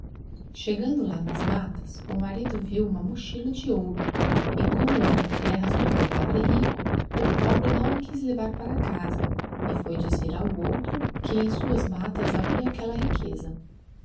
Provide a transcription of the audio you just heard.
hegando lá nas mattas o marido viu uma mochila de ouro e como era era terras do compadre rico o pobre digiti zedby google não a quíz levar para casa e foi dizer ao outro que em suas mattas havia aquella riqueza